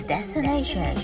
Destination